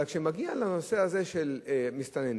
אבל כשמגיעים לנושא הזה של מסתננים,